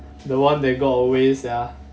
the one they go always ya